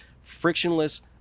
Frictionless